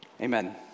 Amen